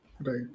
Right